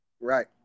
Right